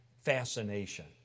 fascination